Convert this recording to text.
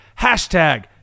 Hashtag